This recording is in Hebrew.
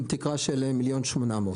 עם תקרה של 1.8 מיליון.